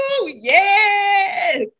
Yes